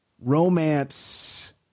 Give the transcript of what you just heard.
romance